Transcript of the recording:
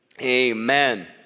amen